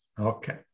Okay